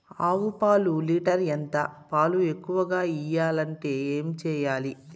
ఆవు పాలు లీటర్ ఎంత? పాలు ఎక్కువగా ఇయ్యాలంటే ఏం చేయాలి?